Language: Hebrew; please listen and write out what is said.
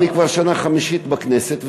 אני כבר שנה חמישית בכנסת,